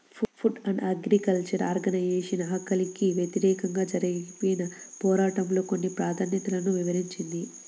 food and agriculture organization ఆకలికి వ్యతిరేకంగా జరిగిన పోరాటంలో కొన్ని ప్రాధాన్యతలను వివరించింది